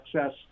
access